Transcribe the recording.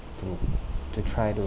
to to try to